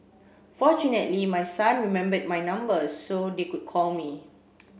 fortunately my son remembered my number so they could call me